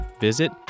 visit